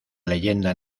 leyenda